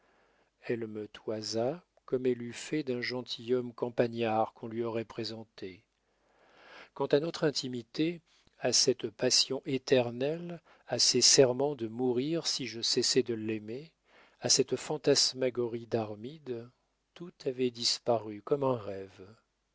elle me toisa comme elle eût fait d'un gentilhomme campagnard qu'on lui aurait présenté quant à notre intimité à cette passion éternelle à ces serments de mourir si je cessais de l'aimer à cette fantasmagorie d'armide tout avait disparu comme un rêve